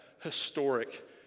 historic